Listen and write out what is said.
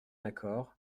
accord